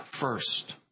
first